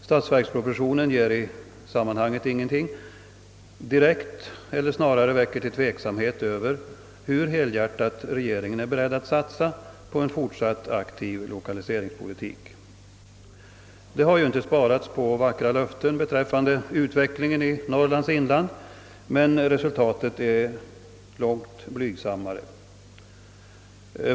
Statsverkspropositionen ger i sammanhanget ingenting eller snare väcker tveksamhet över hur helhjärtat regeringen är beredd att satsa på en fortsatt aktiv lokaliseringspolitik. Det har ju inte sparats på vackra löften beträffande utvecklingen i Norrlands inland, men resultatet är långt blygsammare.